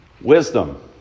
Wisdom